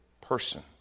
person